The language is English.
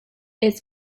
its